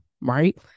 right